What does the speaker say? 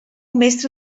mestre